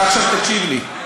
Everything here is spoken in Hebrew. אתה עכשיו תקשיב לי.